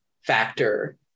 factor